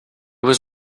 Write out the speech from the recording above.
was